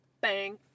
Bang